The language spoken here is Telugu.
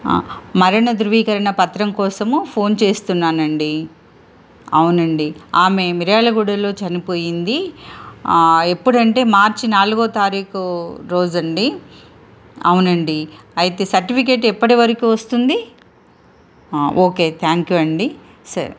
మరణ ధ్రృవీకరణ పత్రం కోసము ఫోన్ చేస్తున్నాను అండి అవునండి ఆమె మిర్యాల గూడలో చనిపోయింది ఎప్పుడంటే మార్చి నాలుగో తారీఖు రోజు అండి అవునండి అయితే సర్టిఫికేట్ ఎప్పటి వరకు వస్తుంది ఓకే థ్యాంక్ యూ అండి సరే